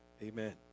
Amen